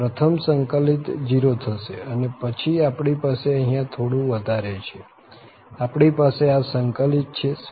આ પ્રથમ સંકલિત 0 થશે અને પછી આપણી પાસે અહિયાં થોડું વધારે છે આપણી પાસે આ સંકલિત છે